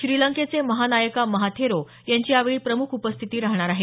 श्रीलंकेचे महानायका महाथेरो यांची यावेळी प्रम्ख उपस्थिती राहणार आहे